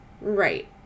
Right